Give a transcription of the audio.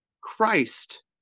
Christ